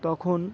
তখন